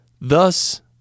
Thus